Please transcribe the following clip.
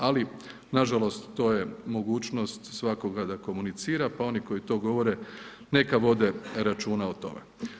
Ali nažalost to je mogućnost svakoga da komunicira, pa oni koji to govore neka vode računa o tome.